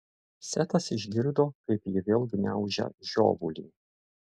setas išgirdo kaip ji vėl gniaužia žiovulį